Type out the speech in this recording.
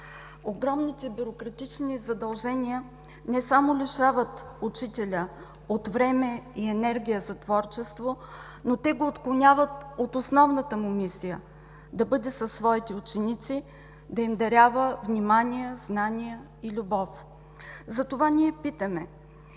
огромните бюрократични задължения не само лишават учителят от време и енергия за творчество, но те го отклоняват от основната му мисия – да бъде със своите ученици да им дарява внимание, знания и любов. Затова моля